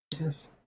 yes